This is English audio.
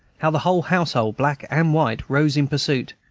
how the whole household, black and white, rose in pursuit,